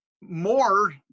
more